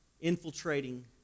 infiltrating